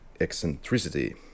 eccentricity